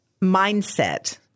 mindset